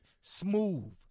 smooth